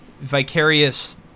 vicarious